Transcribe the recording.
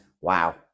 Wow